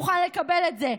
מוכן לקבל את זה?